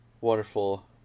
wonderful